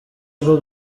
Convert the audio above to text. bwo